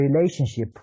relationship